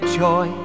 joy